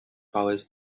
powers